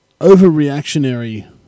overreactionary